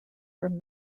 from